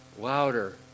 louder